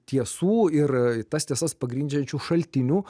tiesų ir tas tiesas pagrindžiančių šaltinių